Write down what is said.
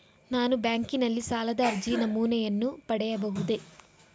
ನಾನು ಬ್ಯಾಂಕಿನಲ್ಲಿ ಸಾಲದ ಅರ್ಜಿ ನಮೂನೆಯನ್ನು ಪಡೆಯಬಹುದೇ?